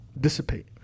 dissipate